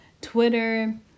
Twitter